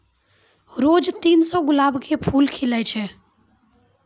रोज तीन सौ गुलाब के फूल खिलै छै